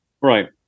Right